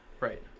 Right